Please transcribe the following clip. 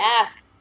ask